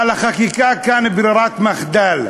אבל החקיקה כאן היא רק ברירת מחדל.